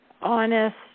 honest